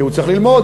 כי הוא צריך ללמוד.